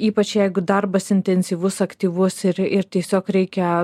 ypač jeigu darbas intensyvus aktyvus ir ir tiesiog reikia